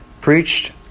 preached